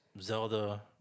Zelda